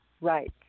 Right